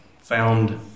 found